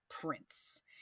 Prince